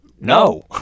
no